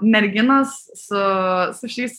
merginos su su šiais